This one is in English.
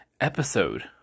episode